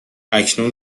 اکنون